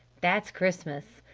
that's christmas!